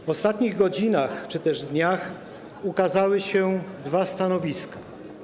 W ostatnich godzinach czy też dniach ukazały się dwa stanowiska.